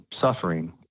suffering